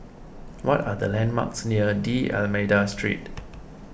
what are the landmarks near D'Almeida Street